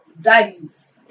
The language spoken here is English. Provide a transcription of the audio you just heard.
daddies